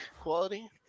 quality